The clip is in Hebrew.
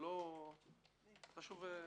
בבקשה.